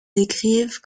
décrivent